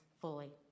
fully